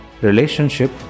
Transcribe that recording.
relationship